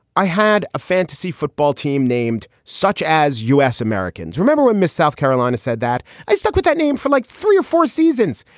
i had a fantasy football team named such as u s. americans, remember? and miss south carolina said that i stuck with that name for like three or four seasons.